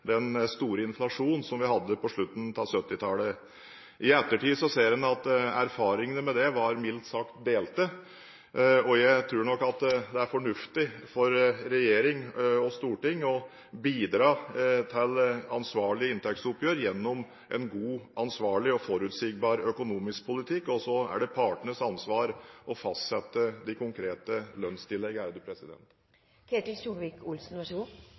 den store inflasjonen som vi hadde på slutten av 1970-tallet. I ettertid ser en at erfaringene med det var mildt sagt delte. Jeg tror nok det er fornuftig for regjering og storting å bidra til ansvarlige inntektsoppgjør gjennom en god, ansvarlig og forutsigbar økonomisk politikk. Og så er det partenes ansvar å fastsette de konkrete